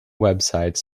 websites